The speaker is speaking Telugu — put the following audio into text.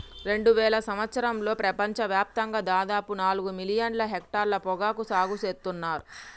రెండువేల సంవత్సరంలో ప్రపంచ వ్యాప్తంగా దాదాపు నాలుగు మిలియన్ల హెక్టర్ల పొగాకు సాగు సేత్తున్నర్